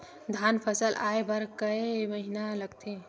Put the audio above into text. धान फसल आय बर कय महिना लगथे?